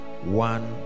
one